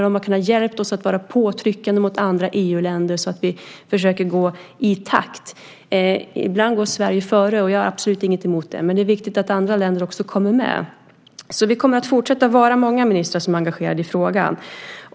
De har kunnat hjälpa oss att trycka på andra EU-länder så att vi försöker gå i takt. Ibland går Sverige före, och jag har absolut ingenting emot det. Men det är viktigt att andra länder också kommer med. Vi kommer därför att fortsätta vara många ministrar som är engagerade i frågan.